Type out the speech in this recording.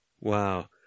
Wow